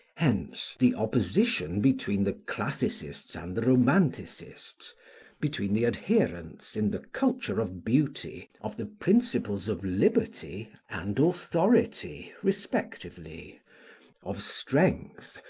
hence, the opposition between the classicists and the romanticists between the adherents, in the culture of beauty, of the principles of liberty, and authority, respectively of strength,